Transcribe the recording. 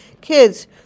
kids